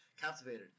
captivated